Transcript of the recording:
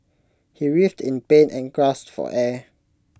he writhed in pain and gasped for air